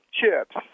chips